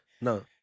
no